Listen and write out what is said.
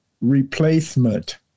replacement